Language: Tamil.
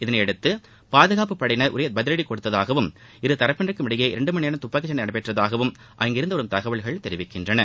இதனையடுத்து பாதுகாப்புப்படையினர் உரிய பதிலடி கொடுத்ததாகவும் இருதரப்பிற்கும் இடையே இரண்டுமணிநேரம் துப்பாக்கிச்சண்டை நடந்ததாகவும் அங்கிருந்து வரும் தகவல்கள் தெரிவிக்கின்றன